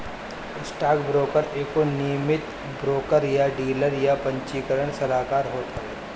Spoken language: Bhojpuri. स्टॉकब्रोकर एगो नियमित ब्रोकर या डीलर या पंजीकृत सलाहकार होत हवे